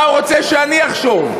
מה הוא רוצה שאני אחשוב,